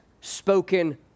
spoken